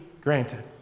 granted